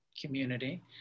community